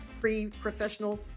pre-professional